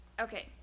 Okay